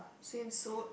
swimsuit